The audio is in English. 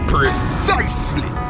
Precisely